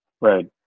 Right